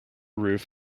roof